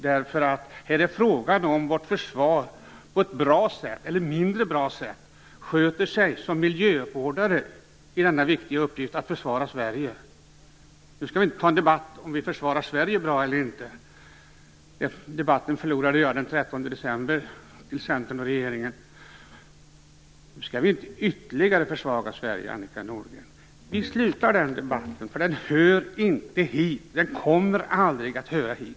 Här är det fråga om hur vårt försvar sköter sig som miljövårdare i den viktiga uppgiften att försvara Sverige. Gör man det på ett bra sätt eller på ett mindre bra sätt? Nu skall vi inte föra en debatt om huruvida vi försvarar Sverige bra eller inte. Den debatten förlorade jag den 13 december till Centern och regeringen. Nu skall vi inte ytterligare försvaga Sverige, Annika Nordgren. Vi avslutar den här debatten, eftersom den inte hör hit. Den kommer aldrig att höra hit.